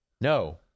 No